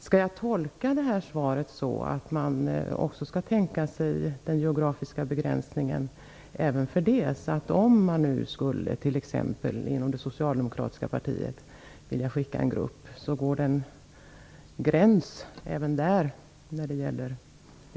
Skall jag tolka svaret så att man skall tänka sig den geografiska begränsningen även för det? Går det en gräns där även när det gäller det stödet om t.ex. det socialdemokratiska partiet skulle vilja skicka en grupp?